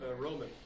Roman